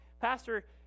pastor